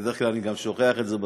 בדרך כלל אני גם שוכח את זה בסוף,